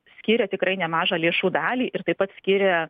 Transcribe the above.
skyrė tikrai nemažą lėšų dalį ir taip pat skiria